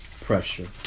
pressure